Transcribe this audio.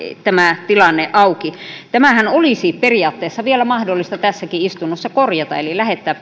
tämä tilanne auki tämähän olisi periaatteessa vielä mahdollista tässäkin istunnossa korjata eli lähettää